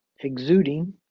exuding